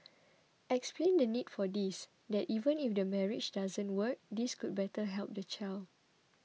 explain the need for this that even if the marriage doesn't work this could better help the child